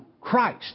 Christ